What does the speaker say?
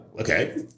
okay